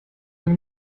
mehr